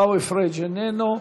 עיסאווי פריג' איננו,